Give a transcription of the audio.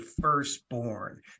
firstborn